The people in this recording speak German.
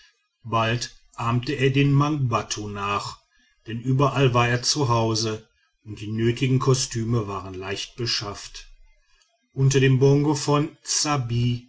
bald ahmte er den mangbattu nach denn überall war er zu hause und die nötigen kostüme waren leicht beschafft unter den bongo von